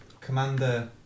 Commander